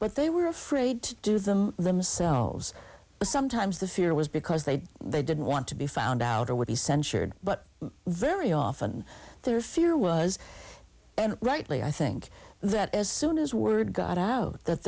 but they were afraid to do them themselves sometimes the fear was because they they didn't want to be found out or would be censured but very often their fear was and rightly i think that as soon as word got out that